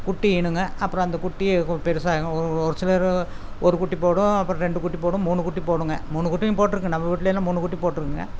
குட்டி ஈனுங்க அப்புறம் அந்த குட்டியை கு பெருசாக ஆகும் ஒரு ஒரு சிலது ஒரு குட்டி போடும் அப்புறம் ரெண்டு குட்டி போடும் மூணு குட்டி போடுங்க மூணு குட்டியும் போட்டிருக்கு நம்ம வீட்லெலாம் மூணு குட்டி போட்டிருக்குங்க